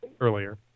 earlier